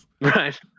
Right